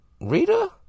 Rita